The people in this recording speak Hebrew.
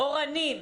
אורנים.